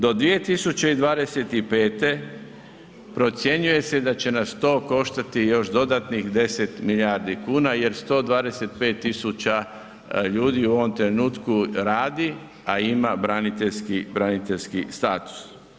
Do 2025. procjenjuje se da će nas to koštati još dodatnih 10 milijardi kuna jer 125000 ljudi u ovom trenutku radi, a ima braniteljski status.